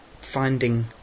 finding